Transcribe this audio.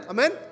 Amen